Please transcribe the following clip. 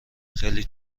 خیلی